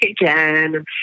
again